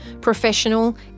professional